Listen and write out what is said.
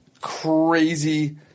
crazy